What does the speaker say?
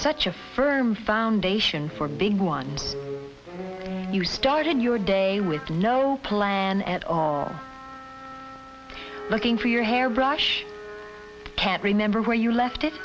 such a firm foundation for big one you started your day with no plan at all looking for your hairbrush can't remember where you left it